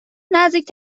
نزدیک